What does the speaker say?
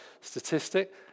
statistic